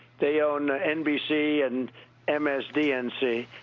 they own nbc and and msdnc,